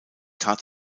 tat